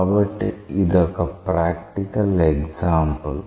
కాబట్టి ఇదొక practical example